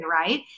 Right